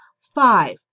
Five